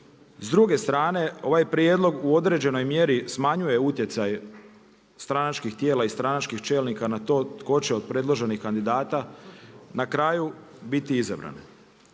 S druge strane ovaj prijedlog u određenoj mjeri smanjuje utjecaj stranačkih tijela i stranačkih čelnika na to tko će od predloženih kandidata na kraju biti izabran.